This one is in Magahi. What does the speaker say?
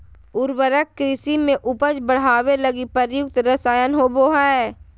उर्वरक कृषि में उपज बढ़ावे लगी प्रयुक्त रसायन होबो हइ